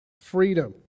freedom